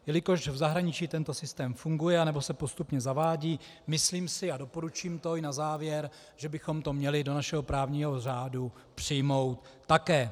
Jelikož v zahraničí tento systém funguje nebo se postupně zavádí, myslím si, a doporučím to i na závěr, že bychom to měli do našeho právního řádu přijmout také.